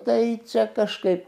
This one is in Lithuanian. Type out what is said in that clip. tai čia kažkaip